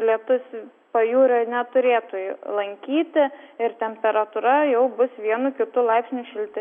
lietus pajūrio neturėtų lankyti ir temperatūra jau bus vienu kitu laipsniu šilte